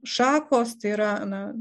šakos tai yra na